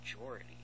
majority